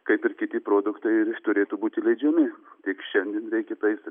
kaip ir kiti produktai turėtų būti leidžiami tik šiandien bei kitais